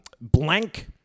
Blank